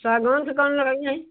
सागवान का कम लगाइए यहीं